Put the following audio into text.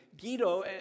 guido